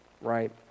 right